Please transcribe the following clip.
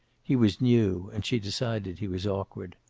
he was new, and she decided he was awkward.